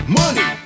money